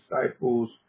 disciples